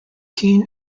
keen